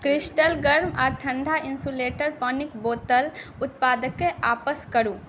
crystal गर्म आ ठंडा इंसुलेटेड पानिक बोतल उत्पादकेँ आपस करू